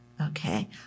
Okay